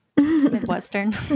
Midwestern